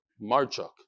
Marchuk